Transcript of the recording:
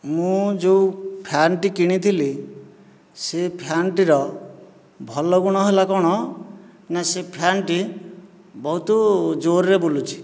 ମୁଁ ଯେଉଁ ଫ୍ୟାନ୍ଟି କିଣିଥିଲି ସେହି ଫ୍ୟାନ୍ଟି ର ଭଲ ଗୁଣ ହେଲା କ'ଣ ନା ସେ ଫ୍ୟାନ୍ଟି ବହୁତ ଜୋର୍ରେ ବୁଲୁଛି